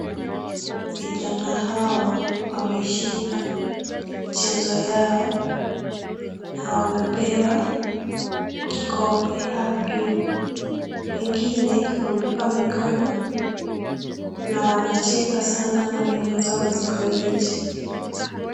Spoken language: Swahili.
Vijana hawa wameshinda mchezo yao na wamepewa kikombe yao juu. Wengine wamebeba mikono na wanacheka sana na meno zao ziko nje.